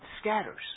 scatters